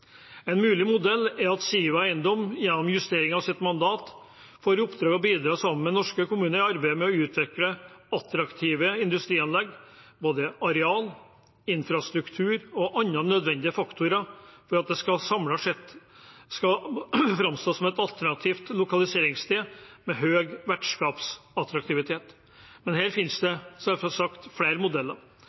En mulig modell er at Siva Eiendom gjennom justering av sitt mandat får i oppdrag å bidra sammen med norske kommuner i arbeidet med å utvikle attraktive industrianlegg, både arealer, infrastruktur og andre nødvendige faktorer, for at det samlet sett skal framstå som et alternativt lokaliseringssted med høy vertskapsattraktivitet. Men her finnes det selvsagt flere modeller.